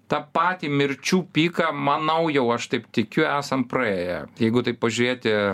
tą patį mirčių piką manau jau aš taip tikiu esam praėję jeigu taip pažėti